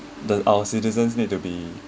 the our citizens need to be